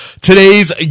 today's